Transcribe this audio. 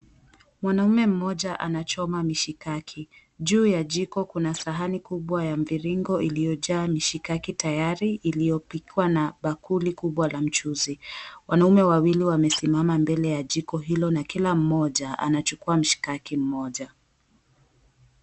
Mwanaume mmoja anachoma mishikaki. Juu ya jiko kuna sahani ya kubwa ya mviringo iliyo jaa misikaki tayari iliyopikwa na bakuli kubwa la mchuzi. Wanaume wawili wako karibu na jiko na kila mmoja anachukua mshikaki mmoja.